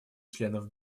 членов